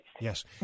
Yes